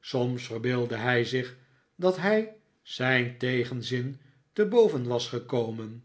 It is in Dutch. soms verbeeldde hij zich dat hij zijn tegenzin te boven was gekomen